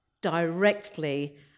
directly